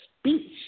speech